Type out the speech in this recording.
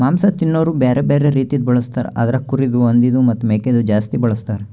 ಮಾಂಸ ತಿನೋರು ಬ್ಯಾರೆ ಬ್ಯಾರೆ ರೀತಿದು ಬಳಸ್ತಾರ್ ಅದುರಾಗ್ ಕುರಿದು, ಹಂದಿದು ಮತ್ತ್ ಮೇಕೆದು ಜಾಸ್ತಿ ಬಳಸ್ತಾರ್